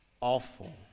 awful